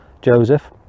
Joseph